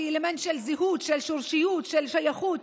כאלמנט של זהות, של שורשיות, של שייכות.